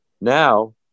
Now